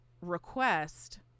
request